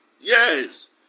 Yes